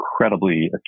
incredibly